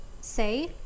Say